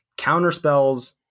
counterspells